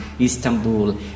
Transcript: Istanbul